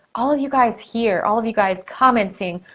all of you guys here, all of you guys commenting,